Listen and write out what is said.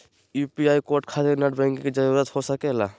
UPI code खातिर net banking की जरूरत हो सके ला?